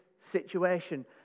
situation